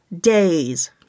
days